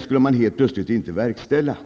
skulle man helt plötsligt inte verkställa.